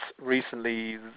recently